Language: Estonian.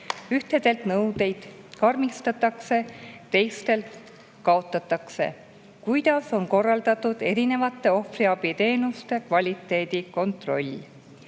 ühtedel nõudeid karmistatakse, teistel kaotatakse? Kuidas on korraldatud erinevate ohvriabiteenuste kvaliteedi kontroll?